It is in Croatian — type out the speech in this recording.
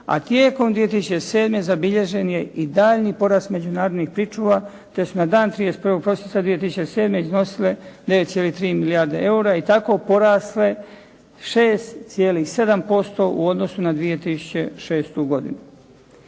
a tijekom 2007. zabilježen je i daljnji porast međunarodnih pričuva, te su na dan 31. prosinca 2007. iznosile 9,3 milijarde eura i tako porasle 6,7% u odnosu na 2006. godinu.